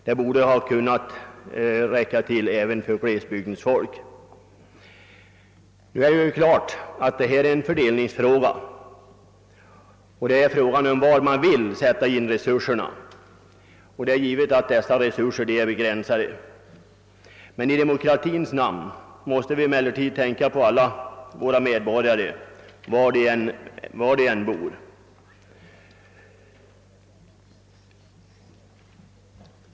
Dessa resurser borde ha räckt till även för glesbygdens folk! Naturligtvis är detta en fråga om fördelningen och var man vill sätta in resurserna. Men i demokratins namn måste vi tänka på alla medborgare, var de än bor.